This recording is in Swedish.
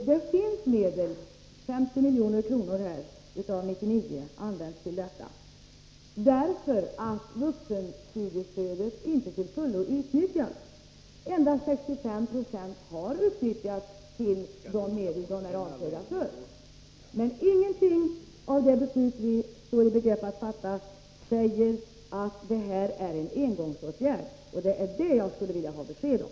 Det finns medel — 50 av 99 milj.kr. används till detta — eftersom vuxenstudiestödet inte till fullo utnyttjas. Endast 65 96 har utnyttjats till de ändamål som de är avsedda för. Men ingenting i det förslag som vi nu står i begrepp att fatta beslut om säger att detta är en engångsåtgärd. Det är det jag skulle vilja ha besked om.